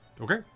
Okay